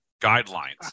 guidelines